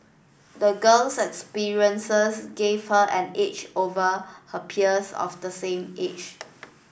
the girl's experiences gave her an edge over her peers of the same age